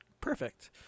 Perfect